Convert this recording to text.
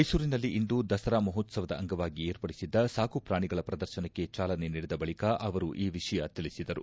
ಮೈಸೂರಿನಲ್ಲಿಂದು ದಸರಾ ಮಹೋತ್ಸವದ ಅಂಗವಾಗಿ ವಿರ್ಪಡಿಸಿದ್ದ ಸಾಕುಪ್ರಾಣಿಗಳ ಪದರ್ಶನಕ್ಕೆ ಚಾಲನೆ ನೀಡಿದ ಬಳಿಕ ಅವರು ಈ ವಿಷಯ ತಿಳಿಸಿದರು